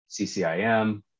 CCIM